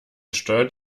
steuert